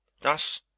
Thus